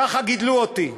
ככה גידלו אותי.